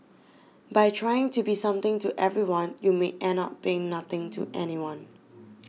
by trying to be something to everyone you may end up being nothing to anyone